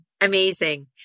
Amazing